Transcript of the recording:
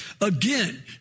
Again